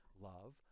love